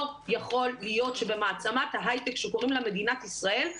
לא יכול להיות שבעצמת ההייטק שקוראים לה מדינת ישראל,